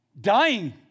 dying